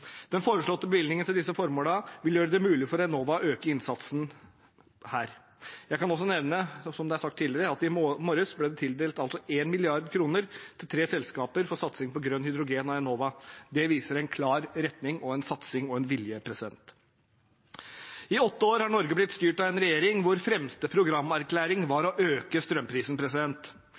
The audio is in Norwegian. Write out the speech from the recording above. Den foreslåtte bevilgningen til disse formålene vil gjøre det mulig for Enova å øke innsatsen her. Jeg kan også nevne, som det er sagt tidligere, at det i morges ble tildelt 1 mrd. kr av Enova til tre selskaper for satsing på grønn hydrogen. Det viser en klar retning, en satsing og en vilje. I åtte år er Norge blitt styrt av en regjering hvor fremste programerklæring var å øke strømprisen.